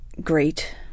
great